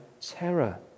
terror